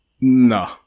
No